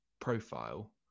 profile